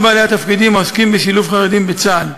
בעלי התפקידים העוסקים בשילוב חרדים בצה"ל,